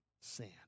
sand